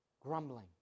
grumbling